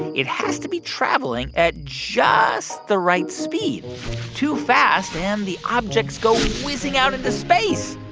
it has to be traveling at just the right speed too fast and the objects go whizzing out into space.